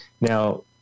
now